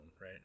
right